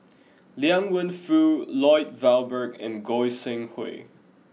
Liang Wenfu Lloyd Valberg and Goi Seng Hui